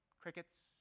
Crickets